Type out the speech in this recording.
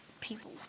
People